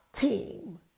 team